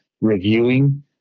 reviewing